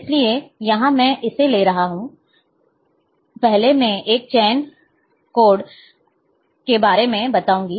इसलिए यहां मैं इसे ले रहा हूं पहले मैं एक चेन कोड के बारे में बताऊंगी